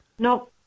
No